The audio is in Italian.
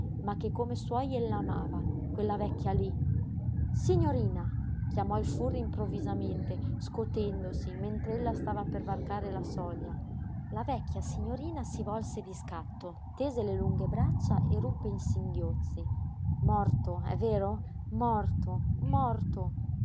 ma che come suoi ella amava quella vecchia lí signorina chiamò il furri improvvisamente scotendosi mentr'ella stava per varcare la soglia la vecchia signorina si volse di scatto tese le lunghe braccia e ruppe in singhiozzi morto è vero morto morto